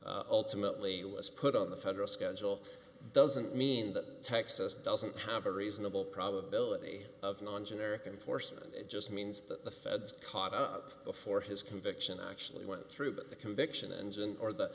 mostly was put on the federal schedule doesn't mean that texas doesn't have a reasonable probability of non generic in force just means that the feds caught up before his conviction actually went through but the conviction and or the